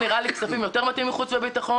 נראה לי שיותר מתאים בכספים.